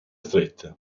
strette